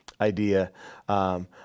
idea